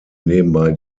nebenbei